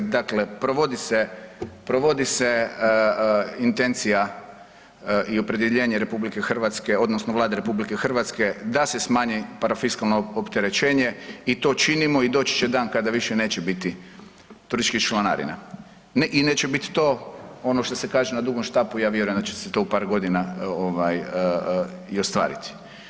Dakle, provodi se, provodi se intencija i opredjeljenje RH odnosno Vlade RH da se smanji parafiskalno opterećenje i to činimo i doći će dan kada više neće biti turističkih članarina i neće bit to, ono što se kaže, na dugom štapu, ja vjeruje da će se to u par godina ovaj i ostvariti.